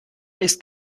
ist